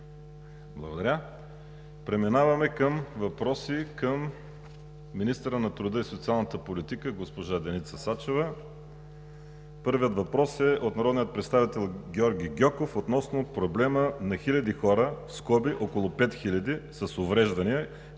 Благодаря. Преминаваме към въпроси към министъра на труда и социалната политика госпожа Деница Сачева. Първият въпрос е от народния представител Георги Гьоков относно проблема на хиляди хора (около пет хиляди) с увреждания,